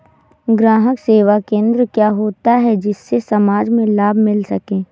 ग्राहक सेवा केंद्र क्या होता है जिससे समाज में लाभ मिल सके?